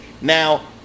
Now